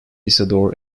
isidor